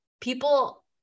people